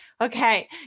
okay